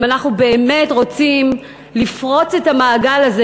אם אנחנו באמת רוצים לפרוץ את המעגל הזה,